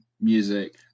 music